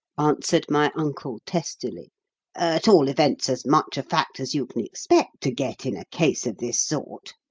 answered my uncle testily at all events, as much a fact as you can expect to get in a case of this sort.